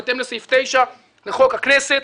בהתאם לסעיף 9 לחוק הכנסת,